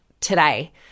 today